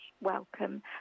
welcome